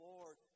Lord